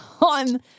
on